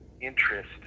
interest